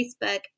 Facebook